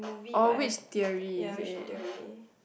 oh which theory is it